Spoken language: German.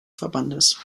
verbandes